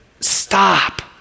Stop